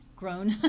grown